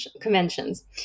conventions